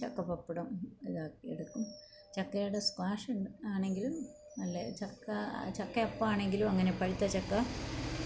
ചക്കപപ്പടം ഇതാക്കി എടുക്കും ചക്കയുടെ സ്ക്വാഷ് ആണെങ്കിലും നല്ല ചക്ക ചക്കയപ്പാണെങ്കിലും അങ്ങനെ പഴുത്ത ചക്ക